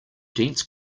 dense